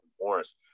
Morris